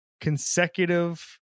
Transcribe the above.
consecutive